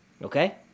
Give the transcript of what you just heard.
Okay